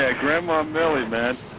ah granma millie man.